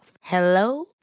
Hello